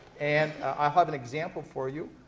and i'll have an example for you,